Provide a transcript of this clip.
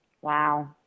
Wow